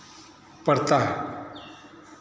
पड़ता है